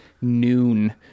noon